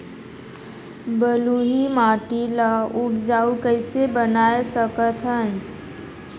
बलुही माटी ल उपजाऊ कइसे बनाय सकत हन?